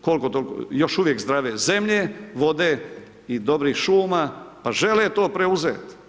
koliko toliko, još uvijek zdrave zemlje, vode i dobrih šuma, pa žele to preuzeti.